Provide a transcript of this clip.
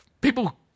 People